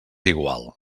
igual